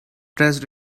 dressed